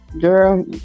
girl